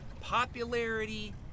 popularity